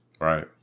Right